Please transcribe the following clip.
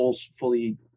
fully –